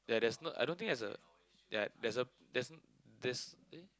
yeah there's no I don't think there's a yeah there's a there's no there's eh